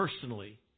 personally